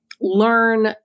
learn